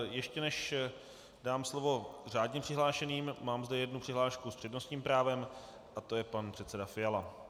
Ještě než dám slovo řádně přihlášeným, mám zde jednu přihlášku s přednostním právem a to je pan předseda Fiala.